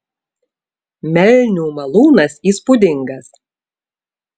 melnių malūnas įspūdingas